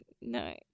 no